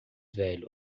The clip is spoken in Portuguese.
velho